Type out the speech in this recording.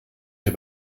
mir